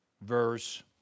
verse